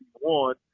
one